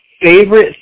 favorite